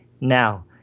now